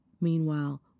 meanwhile